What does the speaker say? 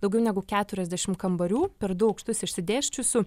daugiau negu keturiasdešim kambarių per du aukštus išsidėsčiusių